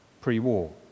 pre-war